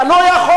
אתה לא יכול.